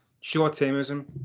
short-termism